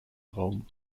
raum